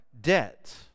debt